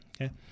Okay